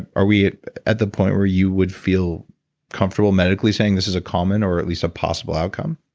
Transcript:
are we at the point where you would feel comfortable medically saying this is a common or at least a possible outcome?